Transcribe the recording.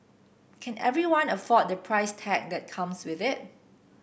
can everyone afford the price tag that comes with it